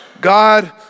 God